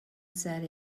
said